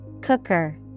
Cooker